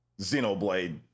Xenoblade